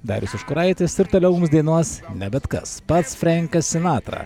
darius užkuraitis ir toliau dainuos ne bet kas pats frenkas sinatra